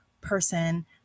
person